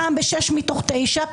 פעם בשש מתוך תשע,